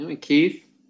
Keith